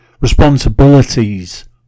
responsibilities